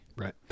Right